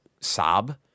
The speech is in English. sob